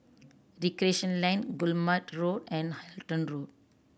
Recreation Lane Guillemard Road and Halton Road